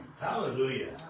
Hallelujah